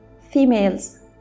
females